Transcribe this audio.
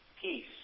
peace